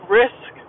risk